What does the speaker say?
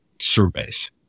surveys